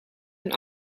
een